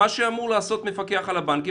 מה שאמור לעשות המפקח על הבנקים,